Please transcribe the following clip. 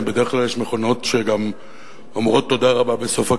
בדרך כלל יש מכונות שגם אומרות תודה רבה בסוף הקנייה.